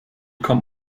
kommt